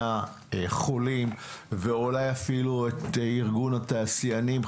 החולים ואולי אפילו את ארגון התעשיינים.